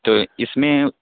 تو اس میں